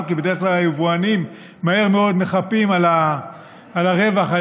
כי בדרך כלל היבואנים מהר מאוד מחפים על הרווח על